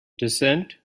descent